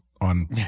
on